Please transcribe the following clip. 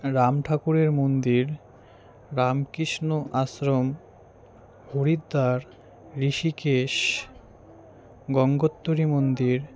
রাম ঠাকুরের মন্দির রামকৃষ্ণ আশ্রম হরিদ্বার ঋষিকেশ গঙ্গোত্রী মন্দির